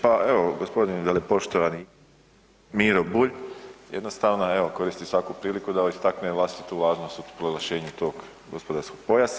Pa evo gospodin velepoštovani Miro Bulj, jednostavno evo koristi svaku priliku da istakne vlastitu važnost u proglašenju tog gospodarskog pojasa.